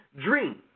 dream